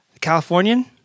Californian